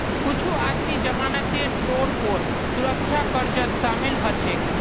कुछू आदमी जमानतेर तौरत पौ सुरक्षा कर्जत शामिल हछेक